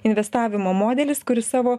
investavimo modelis kuris savo